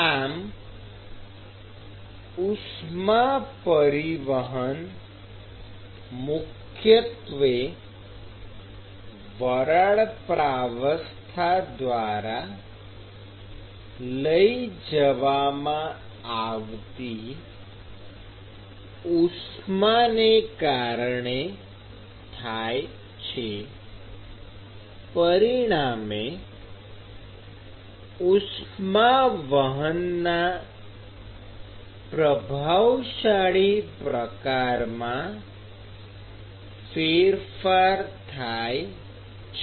આમ ઉષ્મા પરિવહન મુખ્યત્વે વરાળ પ્રાવસ્થા દ્વારા લઈ જવામાં આવતી ઉષ્માને કારણે થાય છે પરિણામે ઉષ્મા પરિવહનના પ્રભાવશાળી પ્રકારમાં ફેરફાર થાય છે